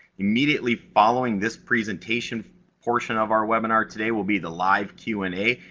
immediately following this presentation portion of our webinar today, will be the live q and a.